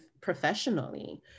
professionally